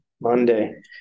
Monday